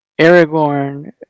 Aragorn